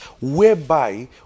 Whereby